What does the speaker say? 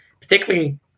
particularly